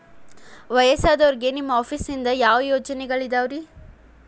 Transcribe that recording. ವಯಸ್ಸಾದವರಿಗೆ ನಿಮ್ಮ ಆಫೇಸ್ ನಿಂದ ಯಾವ ಯೋಜನೆಗಳಿದಾವ್ರಿ?